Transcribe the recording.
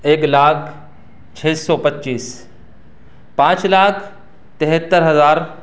ایک لاکھ چھ سو پچیس پانچ لاکھ تہتر ہزار